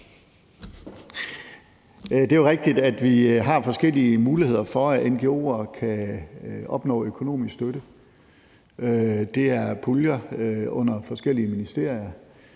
Det er jo rigtigt, at vi har forskellige muligheder for, at ngo'er kan opnå økonomisk støtte. Det er puljer under forskellige ministerier.